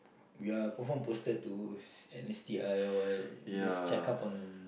we are confirm posted to an S_T_I loh just check up on